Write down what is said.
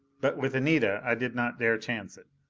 but with anita i did not dare chance it.